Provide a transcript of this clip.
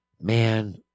man